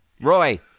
Roy